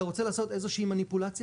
אתה רוצה לעשות איזושהי מניפולציה?